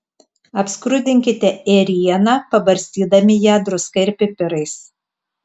apskrudinkite ėrieną pabarstydami ją druska ir pipirais